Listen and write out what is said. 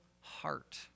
heart